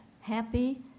happy